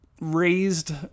raised